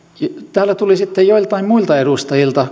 täällä tuli sitten joiltain muilta edustajilta